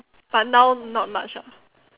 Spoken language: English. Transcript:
but now not much ah